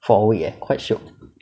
for ya quite shiok